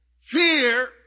fear